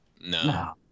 No